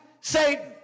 Satan